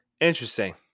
Interesting